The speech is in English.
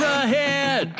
ahead